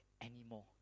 anymore